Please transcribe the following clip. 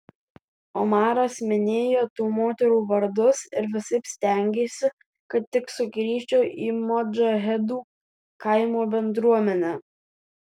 omaras minėjo tų moterų vardus ir visaip stengėsi kad tik sugrįžčiau į modžahedų kaimo bendruomenę